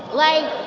like,